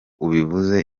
ubivuze